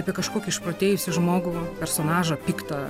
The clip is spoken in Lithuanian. apie kažkokį išprotėjusį žmogų personažą piktą